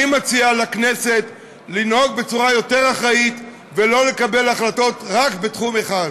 אני מציע לכנסת לנהוג בצורה יותר אחראית ולא לקבל החלטות רק בתחום אחד.